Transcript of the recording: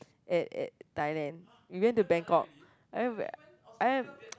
at at Thailand we went to Bangkok I'm I'm